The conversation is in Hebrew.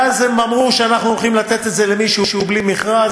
ואז הם אמרו שאנחנו הולכים לתת את זה למישהו בלי מכרז,